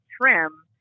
trim